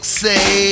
say